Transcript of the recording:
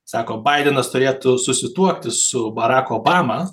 sako baidenas turėtų susituokti su baraku obama